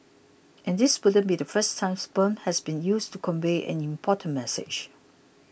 and this wouldn't be the first time sperm has been used to convey an important message